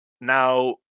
Now